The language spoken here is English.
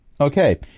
Okay